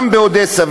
גם באודסה,